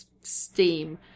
steam